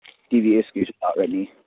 T V ꯑꯦꯁꯀꯤꯁꯨ ꯐꯪꯒꯅꯤ